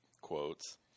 Quotes